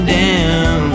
down